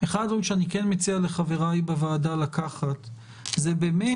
אחד הדברים שאני מציע לחבריי בוועדה לקחת זה באמת